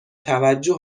توجه